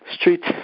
street